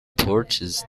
porches